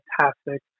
fantastic